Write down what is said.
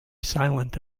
silent